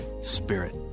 spirit